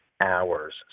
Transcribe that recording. Hours